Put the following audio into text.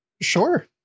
Sure